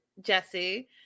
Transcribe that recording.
Jesse